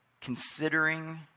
considering